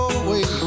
away